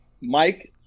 Mike